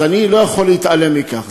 אז אני לא יכול להתעלם מכך.